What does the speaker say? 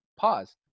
Pause